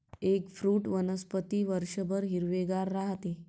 eggfruit वनस्पती वर्षभर हिरवेगार राहते